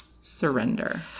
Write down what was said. surrender